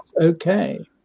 okay